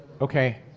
Okay